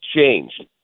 changed